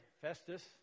Festus